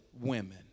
women